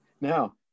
Now